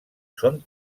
són